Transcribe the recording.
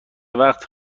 وقت